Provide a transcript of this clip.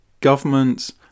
government's